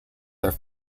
their